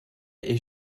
est